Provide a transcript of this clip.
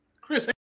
Chris